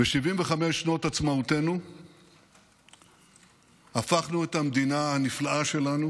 ב-75 שנות עצמאותנו הפכנו את המדינה הנפלאה שלנו